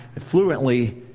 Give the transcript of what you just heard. fluently